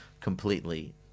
completely